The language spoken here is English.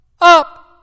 up